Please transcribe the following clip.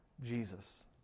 Jesus